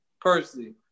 personally